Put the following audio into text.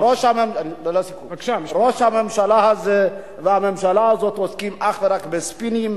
ראש הממשלה הזה והממשלה הזאת עוסקים אך ורך בספינים.